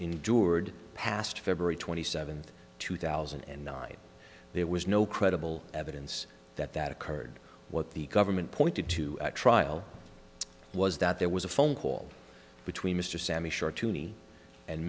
endured past february twenty seventh two thousand and nine there was no credible evidence that that occurred what the government pointed to trial was that there was a phone call between mr sami short